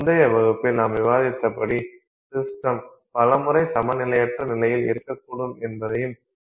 முந்தைய வகுப்பில் நாம் விவாதித்தபடி சிஸ்டம் பல முறை சமநிலையற்ற நிலையில் இருக்கக்கூடும் என்பதையும் நினைவில் கொள்ள வேண்டும்